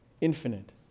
infinite